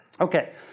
Okay